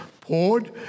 poured